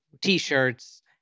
t-shirts